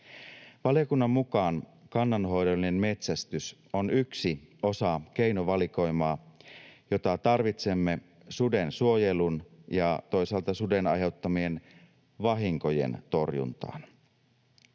Valiokunnan mukaan kannanhoidollinen metsästys on yksi osa keinovalikoimaa, jota tarvitsemme suden suojeluun ja toisaalta suden aiheuttamien vahinkojen torjuntaan.